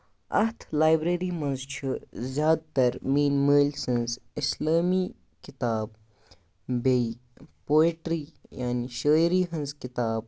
اَتھ لایبریری منٛز چھُ زیادٕ تَر میٛٲنۍ مٲلۍ سٕنٛز اِسلٲمی کِتاب بیٚیہِ پویٹری یانے شٲعری ہٕنٛز کِتاب